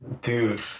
Dude